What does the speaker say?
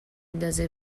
ندازه